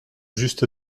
juste